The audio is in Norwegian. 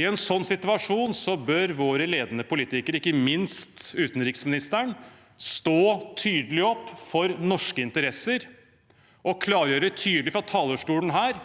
I en sånn situasjon bør våre ledende politikere, ikke minst utenriksministeren, stå tydelig opp for norske interesser og klargjøre tydelig fra talerstolen her